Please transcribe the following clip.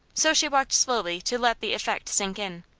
so she walked slowly to let the effect sink in,